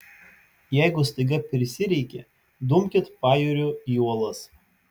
jeigu staiga prisireikia dumkit pajūriu į uolas